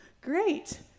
Great